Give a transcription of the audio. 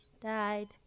died